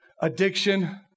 Addiction